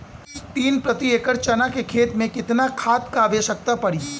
तीन प्रति एकड़ चना के खेत मे कितना खाद क आवश्यकता पड़ी?